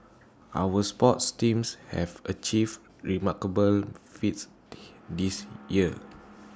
our sports teams have achieved remarkable feats this year